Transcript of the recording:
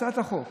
הצעת החוק,